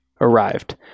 arrived